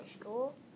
school